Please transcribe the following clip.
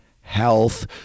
health